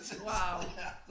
Wow